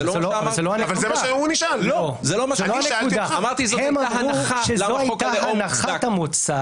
זה גם לא מה שאני אמרתי.